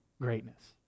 greatness